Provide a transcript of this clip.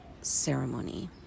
ceremony